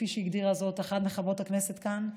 כפי שהגדירה זאת אחת מחברות הכנסת כאן,